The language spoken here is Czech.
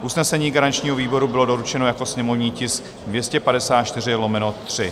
Usnesení garančního výboru bylo doručeno jako sněmovní tisk 254/3.